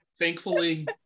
Thankfully